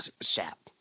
Shap